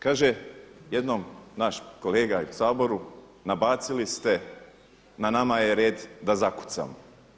Kaže jednom naš kolega u Saboru nabacili ste, na nama je red da zakucamo.